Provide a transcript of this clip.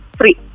free